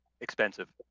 expensive